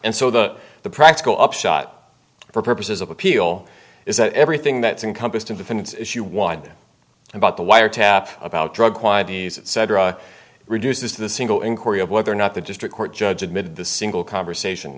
and so the the practical upshot for purposes of appeal is that everything that's in compassed independence issue one about the wiretap about drugs why these cetera reduces the single inquiry of whether or not the district court judge admitted the single conversation